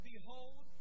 Behold